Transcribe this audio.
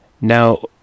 Now